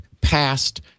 past